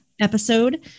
episode